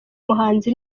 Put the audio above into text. umuhanzi